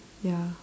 ya